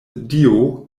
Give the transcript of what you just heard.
dio